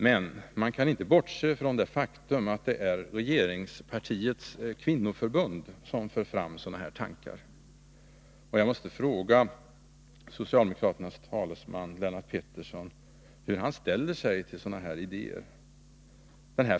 Men man kan inte bortse från det faktum att det är regeringspartiets kvinnoförbund som för fram sådana här tankar. Jag måste fråga socialdemokraternas talesman Lennart Pettersson hur han ställer sig till sådana här idéer.